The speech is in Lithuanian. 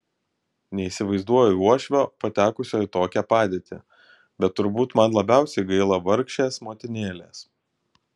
neįsivaizduoju uošvio patekusio į tokią padėtį bet turbūt man labiausiai gaila vargšės motinėlės